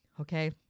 okay